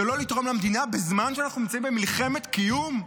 שלא לתרום למדינה בזמן שאנחנו נמצאים במלחמת קיום?